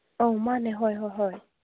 ꯑꯧ ꯃꯥꯅꯦ ꯍꯣꯏ ꯍꯣꯏ ꯍꯣꯏ